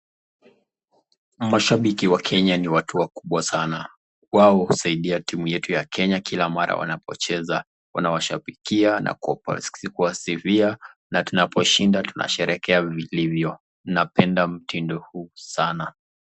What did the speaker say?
Mashabiki wa Kenya ni watu wakubwa sana, wao husaidia timu yetu ya Kenya kila mara wanapocheza. Wanawashabikia na kuwasifia na tunaposhinda tunasherekea vilivyo, napenda mtindo huu sana.